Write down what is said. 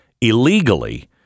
illegally